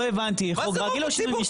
לא הבנתי אם זה חוק רגיל או שינוי משטר.